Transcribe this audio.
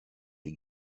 les